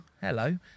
hello